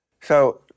So-